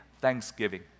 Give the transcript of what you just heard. thanksgiving